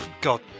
God